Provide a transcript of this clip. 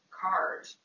card